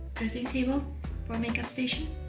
there's a table for makeup station